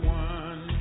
one